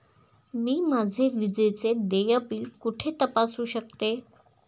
मी माझे विजेचे देय बिल कुठे तपासू शकते?